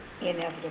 inevitable